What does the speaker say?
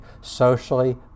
socially